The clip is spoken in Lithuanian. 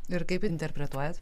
ir kaip interpretuojat